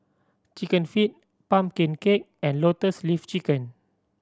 Chicken Feet pumpkin cake and Lotus Leaf Chicken